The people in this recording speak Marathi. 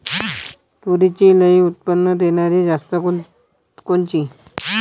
तूरीची लई उत्पन्न देणारी जात कोनची?